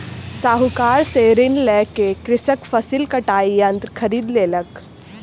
साहूकार से ऋण लय क कृषक फसिल कटाई यंत्र खरीद लेलक